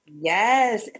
Yes